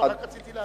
רק רציתי להבין.